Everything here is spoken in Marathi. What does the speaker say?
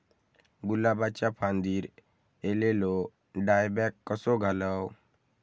गुलाबाच्या फांदिर एलेलो डायबॅक कसो घालवं?